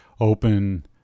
open